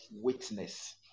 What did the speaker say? witness